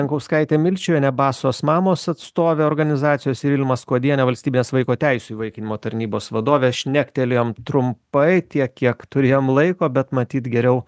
jankauskaite milčiuviene basos mamos atstove organizacijos ir ilma skuodiene valstybės vaiko teisių įvaikinimo tarnybos vadove šnektelėjom trumpai tiek kiek turėjom laiko bet matyt geriau